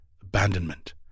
abandonment